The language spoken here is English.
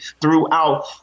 throughout